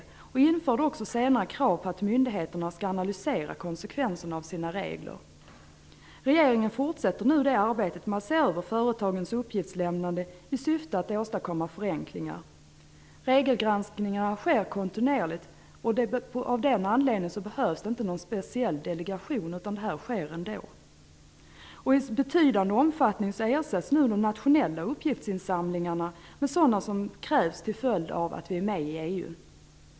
Senare infördes också krav på att myndigheterna skall analysera konsekvenserna av sina regler. Regeringen fortsätter nu det arbete. Man ser över företagens uppgiftslämnande i syfte att åstadkomma förenklingar. Regelgranskningar sker kontinuerligt, och av den anledningen behövs det inte någon speciell delegation. Detta sker ändå. I betydande omfattning ersätts nu de nationella uppgiftsinsamlingarna av sådana som krävs till följd av att vi är medlemmar i EU.